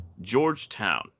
Georgetown